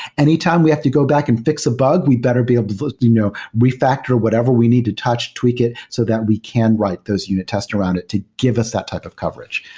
anytime we have to go back and f ix a bug, we better be able to you know refactor whatever we need to touch, tweak it, so that we can write those unit tests around it to give us that type of coverage.